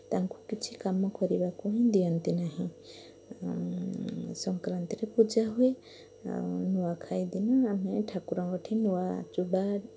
ତାଙ୍କୁ କିଛି କାମ କରିବାକୁ ହିଁ ଦିଅନ୍ତି ନାହିଁ ସଂକ୍ରାନ୍ତିରେ ପୂଜା ହୁଏ ନୂଆଖାଇ ଦିନ ଆମେ ଠାକୁରଙ୍କ ଠି ନୂଆ ଚୂଡ଼ା